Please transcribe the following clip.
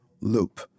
loop